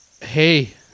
Hey